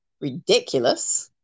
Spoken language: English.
ridiculous